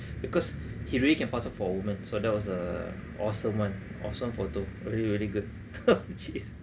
because he really can pass up for a woman so that was a awesome one awesome photo really really good